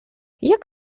jak